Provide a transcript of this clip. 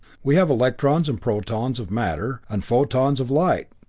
we have electrons and protons of matter, and photons of light.